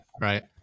right